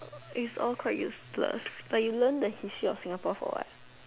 is all quite useless like you learn the history of Singapore for what